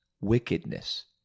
wickedness